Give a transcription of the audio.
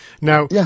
Now